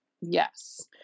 yes